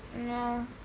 ya